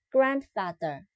Grandfather